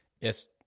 Yes